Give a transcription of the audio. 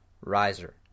riser